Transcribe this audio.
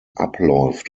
abläuft